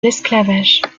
l’esclavage